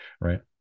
Right